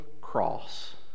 cross